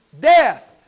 Death